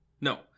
No